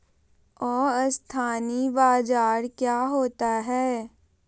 अस्थानी बाजार क्या होता है?